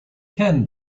can